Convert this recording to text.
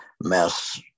mess